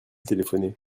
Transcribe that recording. téléphoné